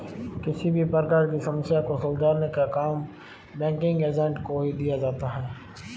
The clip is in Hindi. किसी भी प्रकार की समस्या को सुलझाने का काम बैंकिंग एजेंट को ही दिया जाता है